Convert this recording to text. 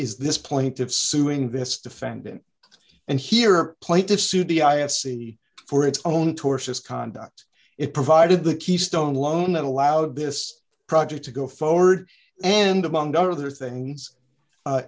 is this plaintiff suing this defendant and here plaintiffs sued the i s c for its own tortious conduct it provided the keystone alone that allowed this project to go forward and among other things